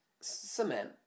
cement